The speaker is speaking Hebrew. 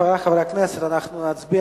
חברי חברי הכנסת, אנחנו נצביע.